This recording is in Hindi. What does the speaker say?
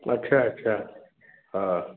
अच्छा अच्छा हाँ